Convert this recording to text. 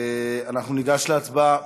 אנחנו ניגש להצבעה.